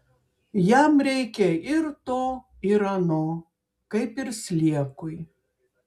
jam reikia ir to ir ano kaip ir sliekui